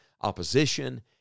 opposition